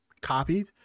copied